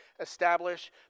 establish